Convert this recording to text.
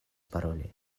paroli